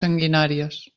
sanguinàries